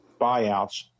buyouts